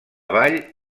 vall